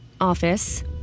office